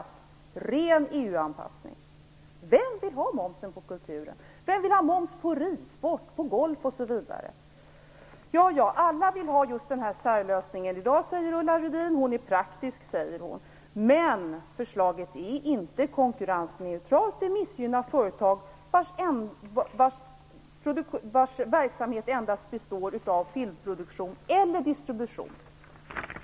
Det är en ren EU-anpassning. Vem vill ha momsen på kulturen? Alla vill ha just den här särlösningen i dag, säger Ulla Rudin. Hon är praktisk, säger hon. Men förslaget är inte konkurrensneutralt. Det missgynnar företag vars verksamhet endast består av filmproduktion eller distribution.